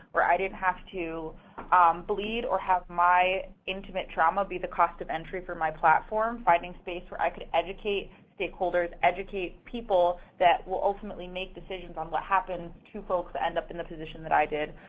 where i didn't have to bleed or have my intimate trauma be the cost of entry for my platform, finding space where i could educate stakeholders, educate people that will ultimately make decisions on what happens to folks that end up in the position that i did,